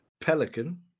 pelican